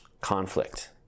conflict